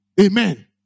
Amen